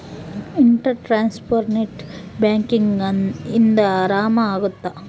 inter transfer net banking ಇಂದ ಆರಾಮ ಅಗುತ್ತ